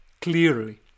clearly